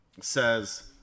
says